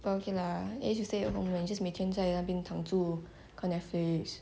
quite okay lah at least you stay at home and just 每天在那边躺住看 Netflix